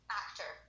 actor